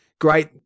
great